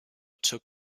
took